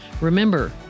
Remember